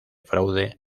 fraude